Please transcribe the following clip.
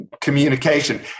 communication